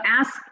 ask